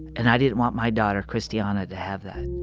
and i didn't want my daughter christiana to have that